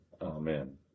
Amen